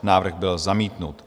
Návrh byl zamítnut.